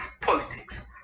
politics